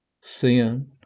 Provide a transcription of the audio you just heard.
sin